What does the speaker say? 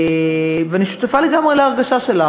ואני שותפה לגמרי להרגשה שלך.